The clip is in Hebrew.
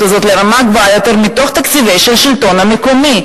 הזה לרמה גבוהה יותר מתוך התקציבים של השלטון המקומי.